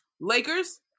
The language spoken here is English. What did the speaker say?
Lakers